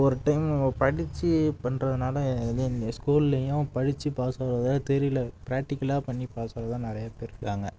ஒரு டைம் நம்ம படிச்சு பண்ணுறதுனால ஸ்கூல்லையும் படிச்சு பாஸ் ஆகிறத விட தியரியில் ப்ராக்டிக்கலாக பண்ணி பாஸாக தான் நிறையா பேர் இருக்கிறாங்க